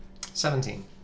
Seventeen